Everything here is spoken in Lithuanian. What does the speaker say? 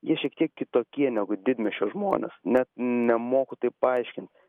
jie šiek tiek kitokie negu didmiesčio žmonės net nemoku taip paaiškint